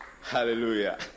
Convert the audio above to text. Hallelujah